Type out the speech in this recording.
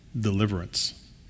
deliverance